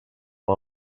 per